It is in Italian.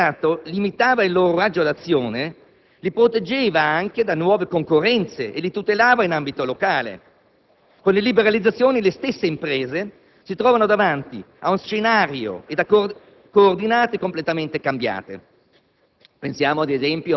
il sistema che nel passato limitava il loro raggio d'azione, li proteggeva da nuove concorrenze e li tutelava in ambito locale. Con le liberalizzazioni le stesse imprese si trovano davanti a uno scenario ed a coordinate completamente cambiati;